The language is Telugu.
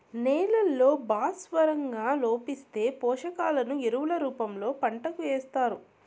నేలల్లో భాస్వరం లోపిస్తే, పోషకాలను ఎరువుల రూపంలో పంటకు ఏస్తారు